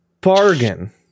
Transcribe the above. bargain